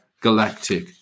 galactic